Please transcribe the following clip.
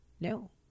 No